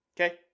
Okay